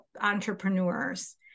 entrepreneurs